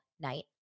night